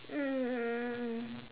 mm